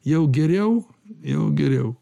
jau geriau jau geriau